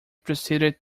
proceeded